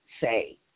say